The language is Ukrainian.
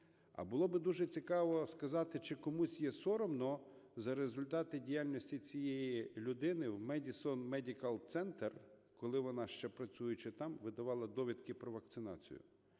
А було би дуже цікаво сказати, чи комусь є соромно за результати діяльності цієї людини вMadison Medical Center, коли вона, ще працюючи там, видавала довідки про вакцинацію.